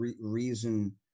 reason